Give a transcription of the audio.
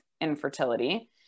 infertility